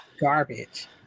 garbage